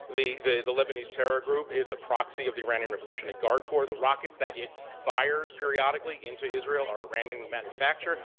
the the lebanese terror group, is a proxy of the iranian revolutionary guard corps. the rocket that it fires periodically into israel are iranian manufacture.